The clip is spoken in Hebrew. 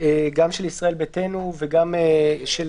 גם של ישראל ביתנו וגם של